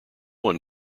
one